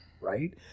right